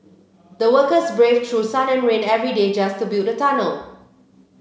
the workers braved through sun and rain every day just to build the tunnel